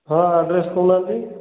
ହଁ ଆଡ଼୍ରେସ୍ କହୁନାହାଁନ୍ତି